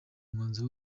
umwanzuro